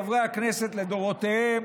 חברי הכנסת לדורותיהם,